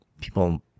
people